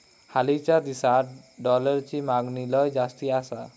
हालीच्या दिसात डॉलरची मागणी लय जास्ती आसा